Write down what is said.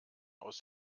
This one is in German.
aus